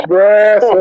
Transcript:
Brass